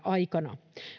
aikana